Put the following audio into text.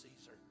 Caesar